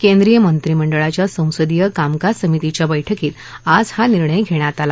केंद्रीय मंत्रिमंडळाच्या संसदीय कामकाज समितीच्या बछ्कीत आज हा निर्णय घेण्यात आला